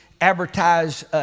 advertise